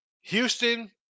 Houston